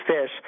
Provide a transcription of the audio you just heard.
fish